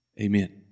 Amen